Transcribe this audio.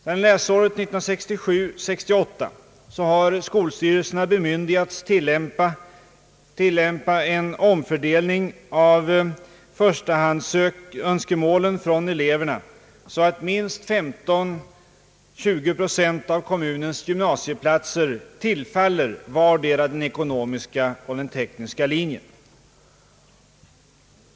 Sedan läsåret 1967/68 har skolstyrelserna bemyndigats tillämpa en omfördelning av förstahandsönskemålen från eleverna så att minst 15—20 procent av kommunens gymnasieplatser tillfaller vardera den ekonomiska och den tekniska linjen.